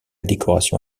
décoration